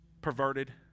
perverted